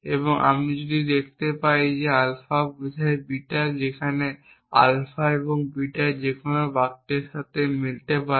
এবং যদি আমরা দেখতে পাই যে আলফা বোঝায় বিটা যেখানে আলফা এবং বিটা যেকোনো বাক্যের সাথে মিলতে পারে